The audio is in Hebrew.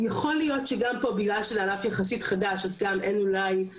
אז גם אין אולי מספיק נתונים או מספיק ניסיון,